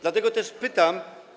Dlatego też pytam.